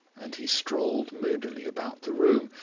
and he strolled moodily about the room.